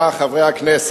2010, נתקבלה.